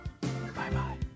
Bye-bye